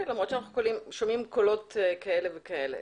למרות שאנחנו שומעים קולות כאלה וכאלה.